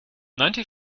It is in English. ninety